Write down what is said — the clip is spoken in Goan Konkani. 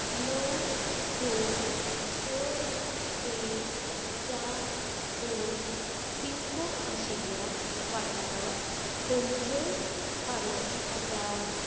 णव दोन स एक चार दोन पिनकोड आशिल्ल्या वाठारांत खंयच्यो फार्मासी आसा